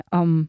om